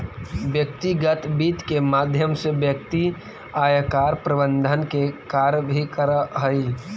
व्यक्तिगत वित्त के माध्यम से व्यक्ति आयकर प्रबंधन के कार्य भी करऽ हइ